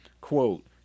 Quote